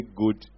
good